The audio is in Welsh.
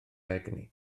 egni